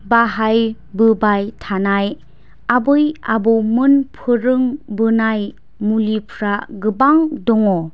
बाहायबोबाय थानाय आबै आबौमोन फोरोंबोनाय मुलिफ्रा गोबां दङ